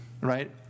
right